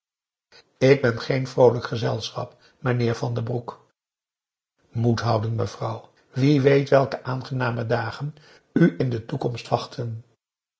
ik ben geen vroolijk gezelschap meneer van den broek moed houden mevrouw wie weet welke aangename dagen u in de toekomst wachten